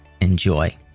enjoy